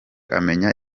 amenya